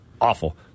awful